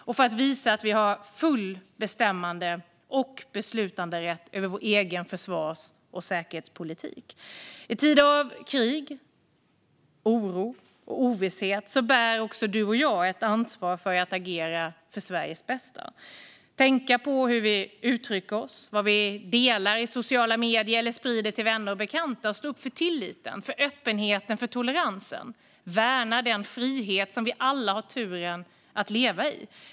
Vi ska visa att vi har full bestämmande och beslutanderätt över vår egen försvars och säkerhetspolitik. I tider av krig, oro och ovisshet bär också du och jag ett ansvar för att agera för Sveriges bästa. Vi ska tänka på hur vi uttrycker oss, vad vi delar i sociala medier eller sprider till vänner och bekanta. Vi ska stå upp för tilliten, för öppenheten och för toleransen. Vi ska värna den frihet som vi alla har turen att leva i.